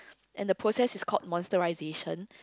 and the process is call monsterization